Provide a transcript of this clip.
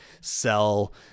sell